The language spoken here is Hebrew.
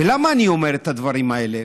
ולמה אני אומר את הדברים האלה?